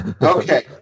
Okay